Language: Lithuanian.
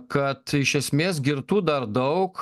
kad iš esmės girtų dar daug